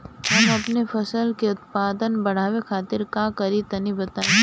हम अपने फसल के उत्पादन बड़ावे खातिर का करी टनी बताई?